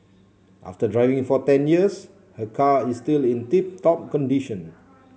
after driving for ten years her car is still in tip top condition